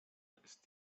ist